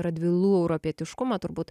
radvilų europietiškumą turbūt